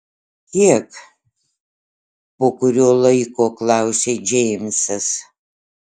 kiek po kurio laiko klausia džeimsas